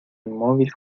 inmóvil